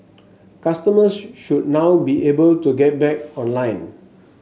customers should now be able to get back online